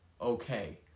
okay